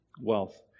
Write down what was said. wealth